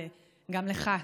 וגם לך,